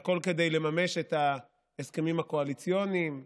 והכול כדי לממש את ההסכמים הקואליציוניים,